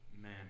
man